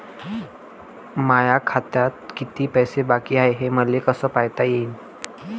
माया खात्यात किती पैसे बाकी हाय, हे मले कस पायता येईन?